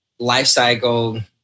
lifecycle